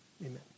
Amen